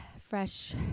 fresh